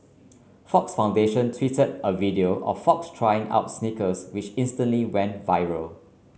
Fox Foundation tweeted a video of fox trying out sneakers which instantly went viral